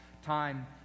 Time